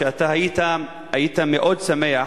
שאתה היית מאוד שמח